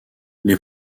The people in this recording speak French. les